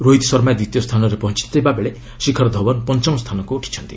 ରୋହିତ ଶର୍ମା ଦ୍ୱିତୀୟ ସ୍ଥାନରେ ପହଞ୍ଚଥିବା ବେଳେ ଶିଖର ଧଓ୍ୱନ୍ ପଞ୍ଚମ୍ ସ୍ଥାନକୁ ଉଠିଛନ୍ତି